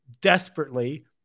desperately